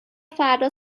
فردا